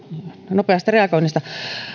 nopeasta reagoinnista